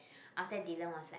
after that Dylan was like